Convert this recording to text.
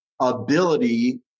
ability